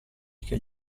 che